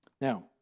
Now